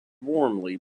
warmly